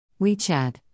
WeChat